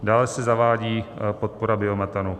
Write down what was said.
Dále se zavádí podpora biometanu.